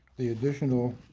the additional